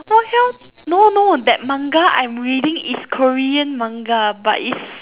我要 no no that manga I'm reading is korean manga but it's